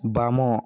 ବାମ